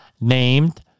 named